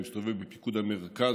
אני מסתובב בפיקוד המרכז,